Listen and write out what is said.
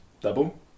double